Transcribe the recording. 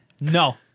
no